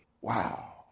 Wow